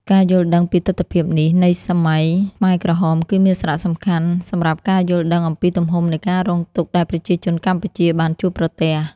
ការយល់ដឹងពីទិដ្ឋភាពនេះនៃសម័យខ្មែរក្រហមគឺមានសារៈសំខាន់សម្រាប់ការយល់ដឹងអំពីទំហំនៃការរងទុក្ខដែលប្រជាជនកម្ពុជាបានជួបប្រទះ។